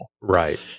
Right